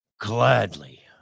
Gladly